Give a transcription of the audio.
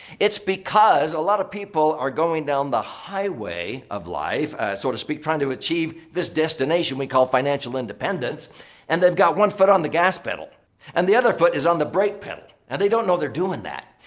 it's because a lot of people are going down the highway of life sort of trying to achieve this destination we call financial independence and they've got one foot on the gas pedal and the other foot is on the brake pedal. and they don't know they're doing that.